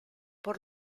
por